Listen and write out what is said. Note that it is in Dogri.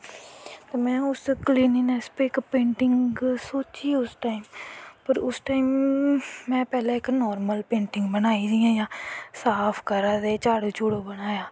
ते में उस क्लिनिंग नैस्स पर पेंटिंग सोची ही इक पर उस टाईम में इक नार्मल पेंटिंग बनाई इयां साफ करा दे हे झाड़ू झूड़ू बनाया